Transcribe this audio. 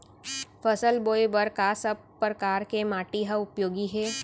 फसल बोए बर का सब परकार के माटी हा उपयोगी हे?